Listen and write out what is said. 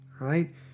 right